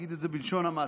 נגיד את זה בלשון המעטה,